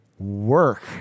Work